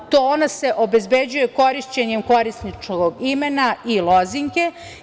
Ona se obezbeđuje korišćenjem korisničkog imena i lozinke.